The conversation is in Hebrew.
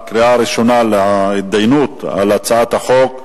לדיון בקריאה הראשונה, להתדיינות על הצעת החוק,